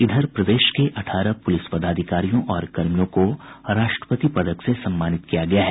इधर प्रदेश के अठारह पुलिस पदाधिकारियों और कर्मियों को राष्ट्रपति पदक से सम्मानित किया गया है